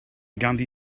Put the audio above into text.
ganddi